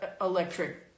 electric